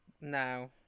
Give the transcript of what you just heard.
No